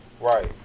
Right